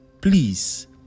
please